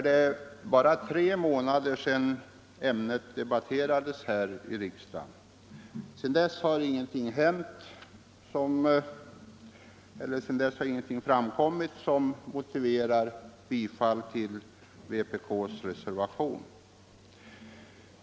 Det är bara tre månader sedan ämnet debatterades här i riksdagen, och sedan dess har ingenting framkommit som motiverar bifall till vpk-reservationen.